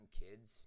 kids